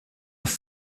oft